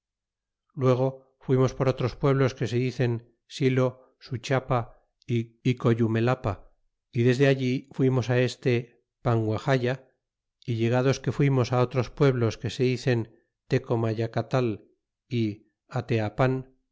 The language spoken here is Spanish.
luego fuimos por otros pueblos que se dicen silo suchiapa é coyumelapa y desde allí fuimos a este panguaxaya y llegados que fuimos otros pueblos que se dicen tecomayacatal é ateapan